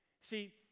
See